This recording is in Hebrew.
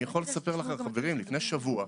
חברים, לפני שבוע,